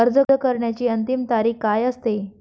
अर्ज करण्याची अंतिम तारीख काय असते?